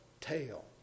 tail